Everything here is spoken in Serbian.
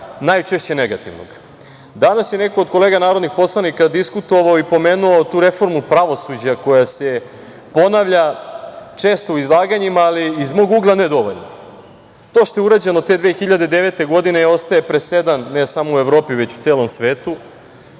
najčešće negativnog. Danas je neko od kolega narodnih poslanika diskutovao i pomenuo tu reformu pravosuđa koja se ponavlja često u izlaganjima, ali iz mog ugla ne dovoljno. To što je urađeno te 2009. godine, ostaje presedan, ne samo u Evropi, već u celom svetu,